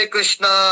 Krishna